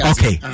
Okay